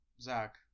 Zach